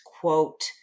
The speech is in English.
quote